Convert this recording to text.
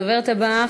הדוברת הבאה,